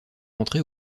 entrée